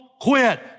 quit